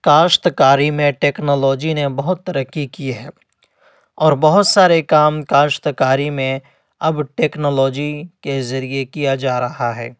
کاشت کاری میں ٹیکنالوجی نے بہت ترکی کی ہے اور بہت سارے کام کاشت کاری میں اب ٹیکنالوجی کے ذریعے کیا جا رہا ہے